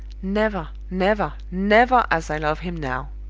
never, never, never as i love him now!